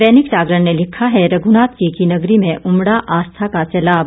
दैनिक जागरण ने लिखा है रघुनाथ जी की नगरी में उमड़ा आस्था का सैलाब